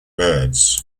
birds